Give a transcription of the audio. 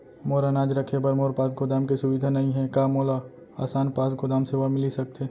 मोर अनाज रखे बर मोर पास गोदाम के सुविधा नई हे का मोला आसान पास गोदाम सेवा मिलिस सकथे?